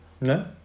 No